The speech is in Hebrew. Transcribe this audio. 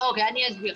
אני אסביר.